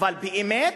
אבל באמת,